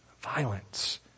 Violence